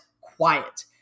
quiet